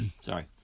sorry